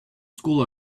school